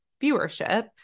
viewership